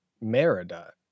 merida